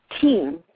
team